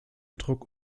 druck